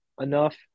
enough